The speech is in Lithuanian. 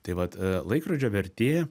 tai vat laikrodžio vertė